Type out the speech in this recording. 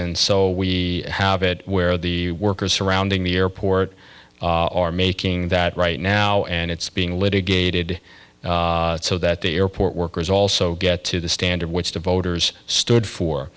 and so we have it where the workers surrounding the airport are making that right now and it's being litigated so that the airport workers also get to the standard which the voters stood for